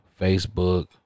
Facebook